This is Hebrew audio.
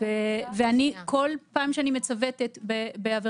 וולברג נמצאת אתנו.